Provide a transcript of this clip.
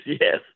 Yes